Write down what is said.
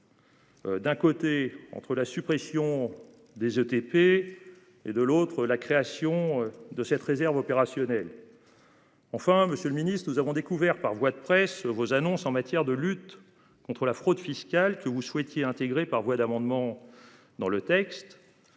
D'un côté entre la suppression des ETP et de l'autre, la création de cette réserve opérationnelle. Enfin, Monsieur le Ministre, nous avons découvert par voie de presse vos annonces en matière de lutte contre la fraude fiscale que vous souhaitiez intégrée par voie d'amendement. Dans le texte.